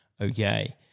Okay